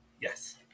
Yes